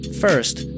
First